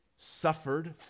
suffered